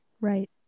right